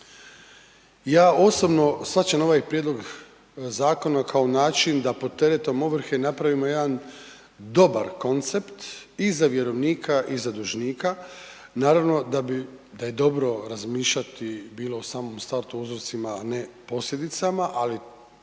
Ja osobno shvaćam ovaj prijedlog zakona kao način da pod teretom ovrhe napravimo jedan dobar koncept, i za vjerovnika i za dužnika. Naravno da bi, da je dobro razmišljati bilo u samom startu o uzrocima, a ne posljedicama, ali tu